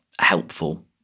helpful